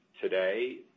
today